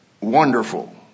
wonderful